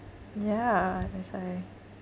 yeah that's why